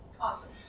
Awesome